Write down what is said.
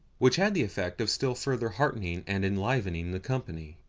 which had the effect of still further heartening and enlivening the company.